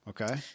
Okay